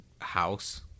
house